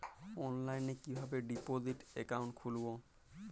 অনলাইনে কিভাবে deposit account খুলবো?